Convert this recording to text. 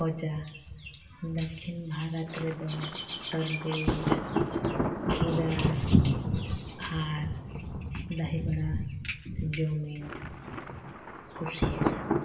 ᱠᱷᱚᱡᱟ ᱫᱚᱠᱠᱷᱤᱱ ᱵᱷᱟᱨᱚᱛ ᱨᱮᱫᱚ ᱛᱟᱨᱵᱮ ᱠᱷᱤᱨᱟ ᱟᱨ ᱫᱟᱦᱤ ᱵᱚᱲᱟ ᱡᱚᱢᱤᱧ ᱠᱩᱥᱤᱭᱟᱜᱼᱟ